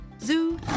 zoo